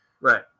right